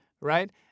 right